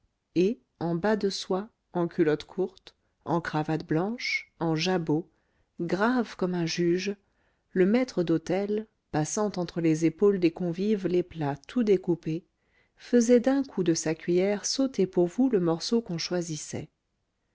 et en bas de soie en culotte courte en cravate blanche en jabot grave comme un juge le maître d'hôtel passant entre les épaules des convives les plats tout découpés faisait d'un coup de sa cuiller sauter pour vous le morceau qu'on choisissait